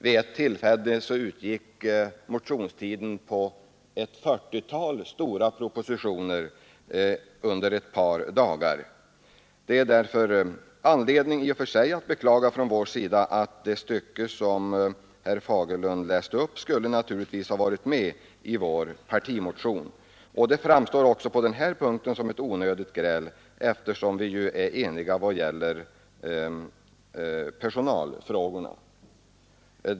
Vid ett tillfälle utgick motionstiden för ett fyrtiotal stora propositioner under ett par dagar. Vi har alltså anledning att från vår sida beklaga detta liksom att det stycke som herr Fagerlund läste upp inte kommit med i vår partimotion. Men även på den punkten måste det vara ett onödigt gräl, som herr Fagerlund tar upp, eftersom enighet råder mellan oss vad gäller ifrågavarande personalfrågor.